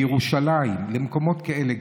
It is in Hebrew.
לירושלים, למקומות כאלה.